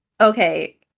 okay